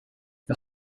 jag